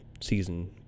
season